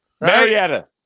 Marietta